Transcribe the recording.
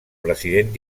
president